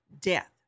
death